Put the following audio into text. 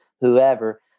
whoever